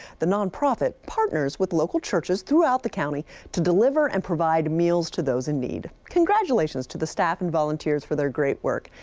the non-profit partners with local churches throughout the county to deliver and provide meals to those in need. congratulations to the staff and volunteers for their great work,